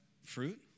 fruit